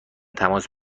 تماس